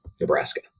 Nebraska